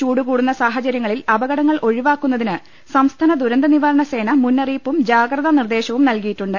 ചൂട് കൂടുന്ന സാഹ ചര്യങ്ങളിൽ അപകടങ്ങൾ ഒഴിവാക്കുന്നതിന് സംസ്ഥാന ദുരന്ത നിവാരണസേന മുന്നറിയിപ്പും ജാഗ്രതാ നിർദ്ദേശവും നൽകിയിട്ടുണ്ട്